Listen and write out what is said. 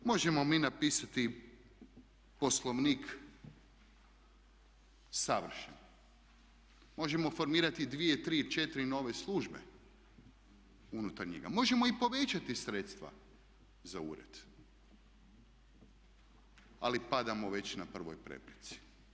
Možemo mi napisati Poslovnik savršeno, možemo formirati dvije, tri ili četiri nove službe unutar njega, možemo i povećati sredstva za ured ali padamo već na prvoj prepreci.